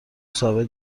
ثابت